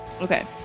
Okay